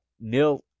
nil